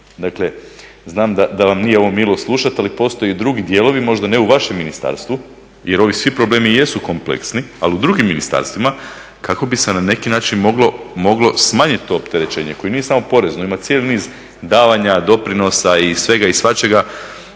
Dakle znam da vam nije ovo milo slušat, ali postoje i drugi dijelovi, možda ne u vašem ministarstvu jer ovi svi problemi jesu kompleksni, ali u drugim ministarstvima kako bi se na neki način moglo smanjit to opterećenje koje nije samo porezno. Ima cijeli niz davanja, doprinosa i svega i svačega